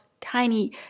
tiny